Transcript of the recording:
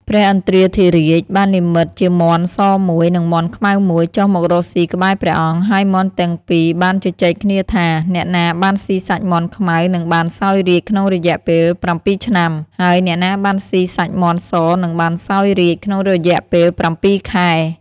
ព្រះឥន្ទ្រាធិរាជបាននិម្មិតជាមាន់សមួយ និងមាន់ខ្មៅមួយ ចុះមករកស៊ីក្បែរព្រះអង្គ ហើយមាន់ទាំងពីរបានជជែកគ្នាថា អ្នកណាបានស៊ីសាច់មាន់ខ្មៅនឹងបានសោយរាជ្យក្នុងរយៈពេល ៧ ឆ្នាំ ហើយអ្នកណាបានស៊ីសាច់មាន់សនឹងបានសោយរាជ្យក្នុងរយៈពេល ៧ ខែ។